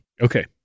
Okay